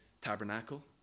tabernacle